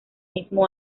mismo